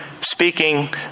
speaking